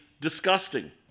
disgusting